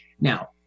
Now